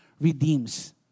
redeems